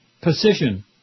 Position